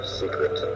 secret